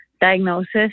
diagnosis